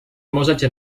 możecie